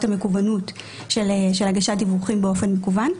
המקוונות של הגשת דיווחים באופן מכוון.